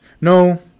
No